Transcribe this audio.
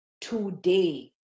today